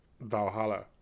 Valhalla